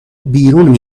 بیرون